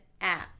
app